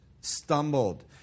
stumbled